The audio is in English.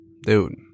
Dude